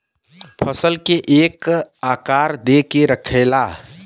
फसल के एक आकार दे के रखेला